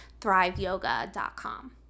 thriveyoga.com